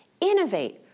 Innovate